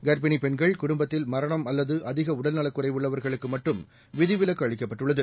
கர்ப்பிணி பெண்கள் குடும்பத்தில் மரணம் அல்லது அதிக உடல்நலக் குறைவுள்ளவர்களுக்கு மட்டும் விதிவிலக்கு அளிக்கப்பட்டுள்ளது